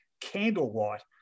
candlelight